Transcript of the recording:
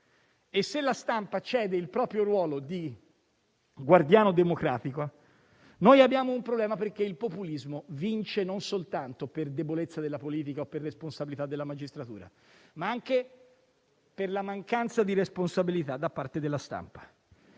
e se la stampa cede il proprio ruolo di guardiano democratico, noi abbiamo un problema perché il populismo vince non soltanto per debolezza della politica o per responsabilità della magistratura, ma anche per la mancanza di responsabilità da parte della stampa.